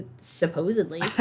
supposedly